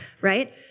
right